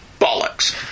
Bollocks